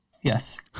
Yes